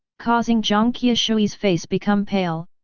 causing jiang qiushui's face become pale,